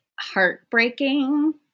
heartbreaking